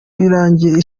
birangiye